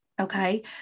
okay